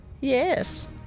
Yes